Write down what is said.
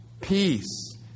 peace